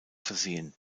versehen